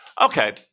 okay